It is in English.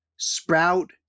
sprout